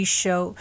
show